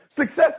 Success